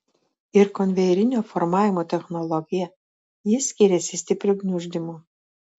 ir konvejerinio formavimo technologija ji skiriasi stipriu gniuždymu